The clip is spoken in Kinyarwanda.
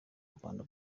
rwanda